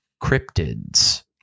cryptids